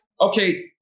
okay